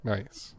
Nice